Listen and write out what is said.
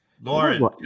lauren